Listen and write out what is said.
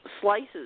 slices